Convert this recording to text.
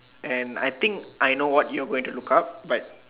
and I think I know what you are going to look up but